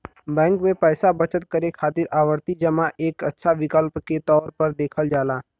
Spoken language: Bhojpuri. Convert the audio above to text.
बैंक में पैसा बचत करे खातिर आवर्ती जमा एक अच्छा विकल्प के तौर पर देखल जाला